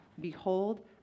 Behold